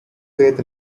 faith